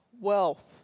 wealth